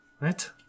right